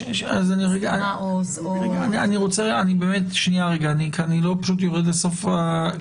שנייה, אני לא יורד לסוף הדברים.